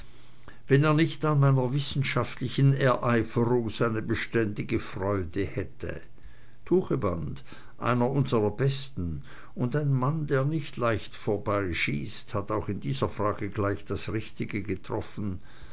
wenn er nicht an meiner wissenschaftlichen ereiferung seine beständige freude hätte tucheband einer unsrer besten und ein mann der nicht leicht vorbeischießt hat auch in dieser frage gleich das richtige getroffen